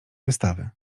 wystawy